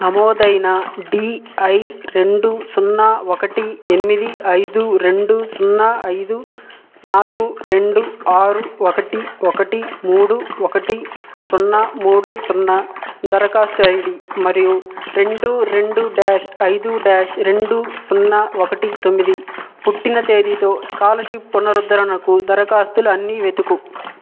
నమోదైన డిఐ రెండు సున్నా ఒకటి ఎనిమిది ఐదు రెండు సున్నా ఐదు నాలుగు రెండు ఆరు ఒకటి ఒకటి మూడు ఒకటి సున్నా మూడు సున్నా దరఖాస్తు ఐడి మరియు రెండు రెండు డాష్ ఐదు డాష్ రెండు సున్నా ఒకటి తొమ్మిది పుట్టిన తేదీతో స్కాలర్షిప్ పునరుద్ధరణకు దరఖాస్తులు అన్ని వెతుకు